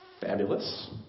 Fabulous